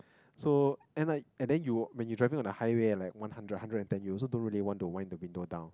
so and I and then you when you're driving on the highway like one hundred hundred and ten U you also don't really want to wind the window down